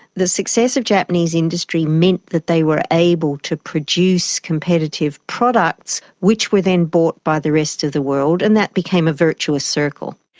the success of japanese industry meant that they were able to produce competitive products which were then bought by the rest of the world, and that became a virtuous circle.